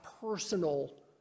personal